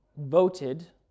voted